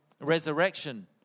resurrection